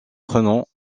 prenant